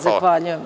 Zahvaljujem.